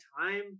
time